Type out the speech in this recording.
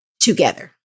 together